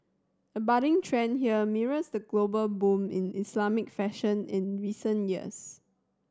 the budding trend here mirrors the global boom in Islamic fashion in recent years